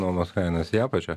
nuomos kainos į apačią